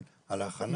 על הכנה.